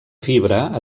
fibra